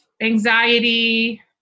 anxiety